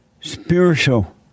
spiritual